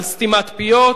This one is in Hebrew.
על סתימת פיות?